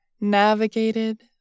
navigated